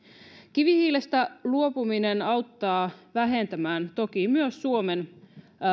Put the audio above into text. kivihiilestä luopuminen auttaa vähentämään toki myös suomen